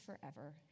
forever